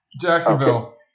Jacksonville